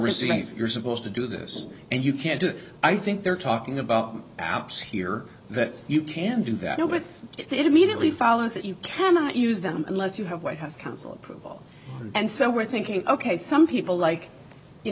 receive you're supposed to do this and you can't do it i think they're talking about apps here that you can do that now but it immediately follows that you cannot use them unless you have white house council approval and so we're thinking ok some people like you